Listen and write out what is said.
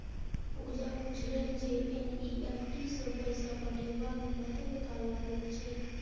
पूजा पूछलनि जे एन.ई.एफ.टी सँ पैसा पठेबामे कतेक काल लगैत छै